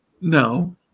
No